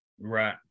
right